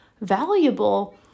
valuable